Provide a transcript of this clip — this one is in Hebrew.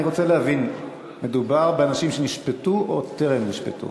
אני רוצה להבין: מדובר באנשים שנשפטו או שטרם נשפטו?